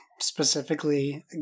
Specifically